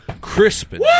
Crispin